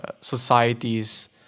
societies